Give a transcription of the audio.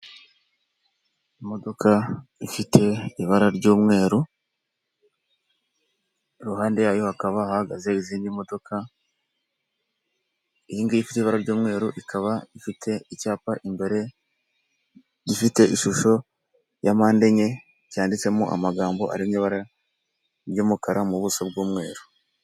Imodoka ifite ibara ry'umweru, iruhande yayo hakaba hahagaze izindi modoka, iyi ngiyi ifite ibara ry'umweru, ikaba ifite icyapa imbere gifite ishusho ya mpande enye, cyanditsemo amagambo ari mu ibara ry'umukara mu buso bw'umweru.